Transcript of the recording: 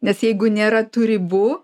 nes jeigu nėra tų ribų